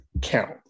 Count